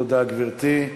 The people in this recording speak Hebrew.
תודה, גברתי.